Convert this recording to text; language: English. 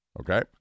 Okay